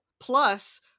Plus